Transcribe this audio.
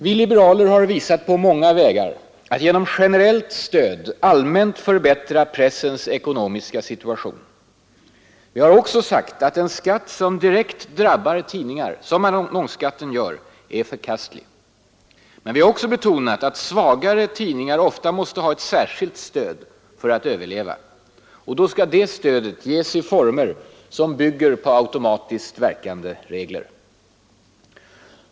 Vi liberaler har visat på många vägar att genom generellt stöd allmänt förbättra pressens ekonomiska situation. Vi har också sagt att en skatt som direkt drabbar tidningar, som annonsskatten gör, är förkastlig. Men vi har också betonat att svagare tidningar ofta måste ha ett särskilt stöd för att överleva. Då skall det stödet ges i former som bygger på automatiskt verkande regler.